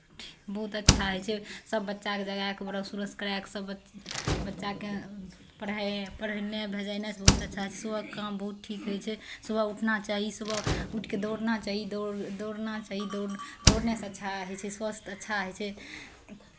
बहुत अच्छा होइ छै सभ बच्चाकेँ जगा कऽ ब्रश उरस कराए कऽ सभ बच् बच्चाकेँ पढ़ाइ पढ़ेनाइ भेजेनाइसँ बहुत अच्छा होइ छै सुबहके काम बहुत ठीक होइ छै सुबह उठना चाही सुबह उठि कऽ दौड़ना चाही दौड़ना चाही दौड़ दौड़नेसँ अच्छा होइ छै स्वस्थ अच्छा होइ छै